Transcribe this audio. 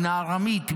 מן הארמית,